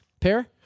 pair